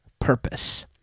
purpose